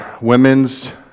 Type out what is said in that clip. women's